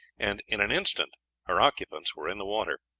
and in an instant her occupants were in the water.